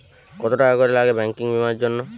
কত টাকা করে লাগে ব্যাঙ্কিং বিমার জন্য?